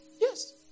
Yes